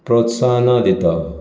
प्रोत्साहाना दिता